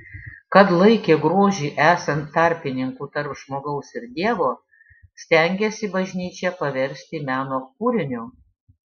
kad laikė grožį esant tarpininku tarp žmogaus ir dievo stengėsi bažnyčią paversti meno kūriniu